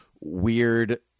weird